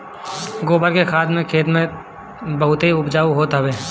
गोबर के खाद से खेत बहुते उपजाऊ होत हवे